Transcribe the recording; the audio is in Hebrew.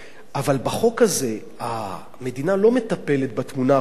אבל בחוק הזה המדינה לא מטפלת בתמונה הכוללת,